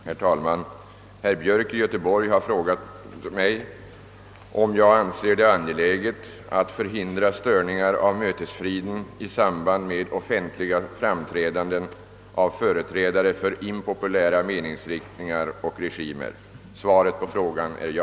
Herr talman! Herr Björk i Göteborg har frågat mig om jag anser det angeläget att förhindra störningar av mötesfriden i samband med offentliga framträdanden av företrädare för impopulära meningsriktningar och regimer. Svaret på frågan är ja.